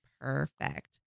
Perfect